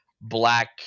black